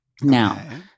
Now